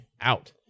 out